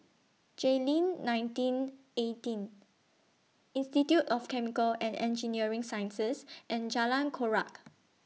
Jayleen nineteen eighteen Institute of Chemical and Engineering Sciences and Jalan Chorak